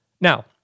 Now